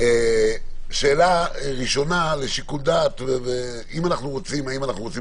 שאלה ראשונה לשיקול דעת האם אנחנו רוצים